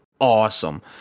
awesome